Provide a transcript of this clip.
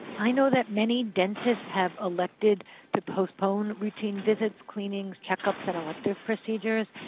i know that many dentists have elected to postpone routine visits, cleanings, checkups and elective procedures.